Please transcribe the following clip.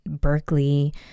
Berkeley